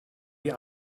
die